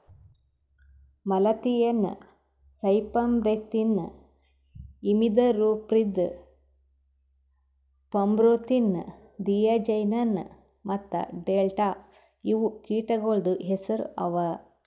malathion, cypermethrin, imidacloprid, permethrin, diazinon ಮತ್ತ delta ಇವು ಕೀಟಗೊಳ್ದು ಹೆಸುರ್ ಅವಾ